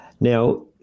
Now